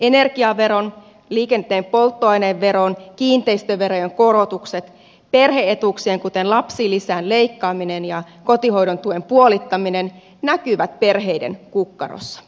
energiaveron liikenteen polttoaineveron kiinteistöverojen korotukset perhe etuuksien kuten lapsilisän leikkaaminen ja kotihoidon tuen puolittaminen näkyvät perheiden kukkarossa